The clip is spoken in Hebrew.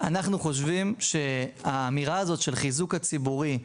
אנחנו חושבים על האמירה של החיזוק הציבורי,